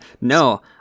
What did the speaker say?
no